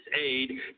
aid